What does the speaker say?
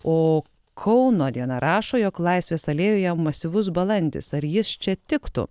o kauno diena rašo jog laisvės alėjoje masyvus balandis ar jis čia tiktų